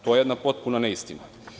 To je jedna potpuna neistina.